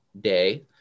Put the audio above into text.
day